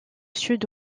sud